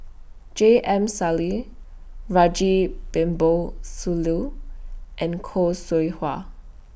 J M Sali Sooloh and Khoo Seow Hwa